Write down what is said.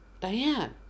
Diane